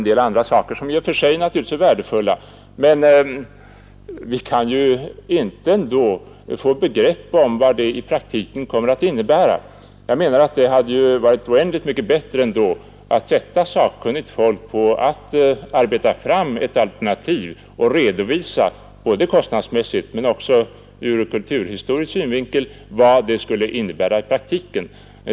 Det är naturligtvis i och för sig värdefullt, men vi kan inte få något begrepp om vad det i praktiken kommer att innebära. Det hade varit oändligt mycket bättre att sätta sakkunnigt folk på att arbeta fram ett alternativ och redovisa — kostnadsmässigt och ur kulturhistorisk synvinkel — vad det skulle innebära i praktiken.